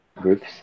groups